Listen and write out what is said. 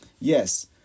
Yes